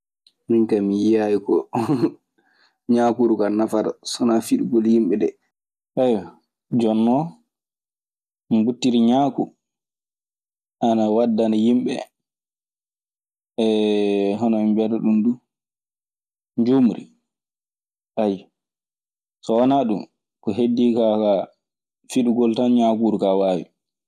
Min kayi mi yi'aayi ko ñaakuru kaa nafata so wanaa fiɗgol yimɓe dee. jooni non mbuttiri ñaaku, ana waddana yimɓe hono ɓe mbiyata ɗun duu) njuumri. So wanaa ɗun, ko heediikoo kaa, fiɗugol tan ñaaku waawi.